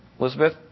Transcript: Elizabeth